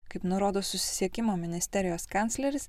kaip nurodo susisiekimo ministerijos kancleris